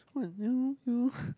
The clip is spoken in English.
what you you